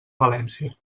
valència